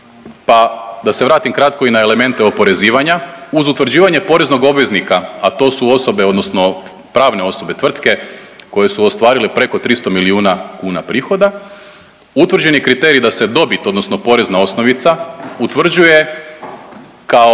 pa da se vratim kratko i na elemente oporezivanja, uz utvrđivanje poreznog obveznica, a to su osobe, odnosno pravne osobe, tvrtke koje su ostvarile preko 300 milijuna kuna prihoda, utvrđeni kriterij da se dobit odnosno porezna osnovica utvrđuje kao